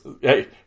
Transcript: hey